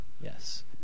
Yes